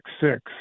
six